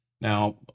Now